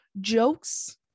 jokes